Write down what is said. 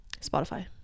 Spotify